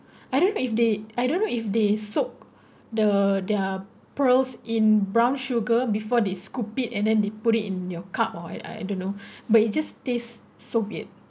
I don't know if they I don't know if they soak the their pearls in brown sugar before they scoop it and then they put it in your cup or uh I don't know but it just taste so weird